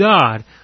God